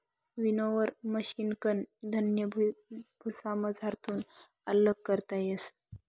winnower मशिनकन धान्य भुसामझारथून आल्लग करता येस